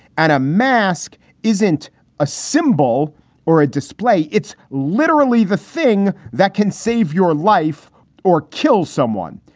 and a mask isn't a symbol or a display. it's literally the thing that can save your life or kill someone.